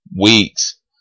weeks